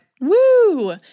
Woo